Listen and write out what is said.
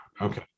okay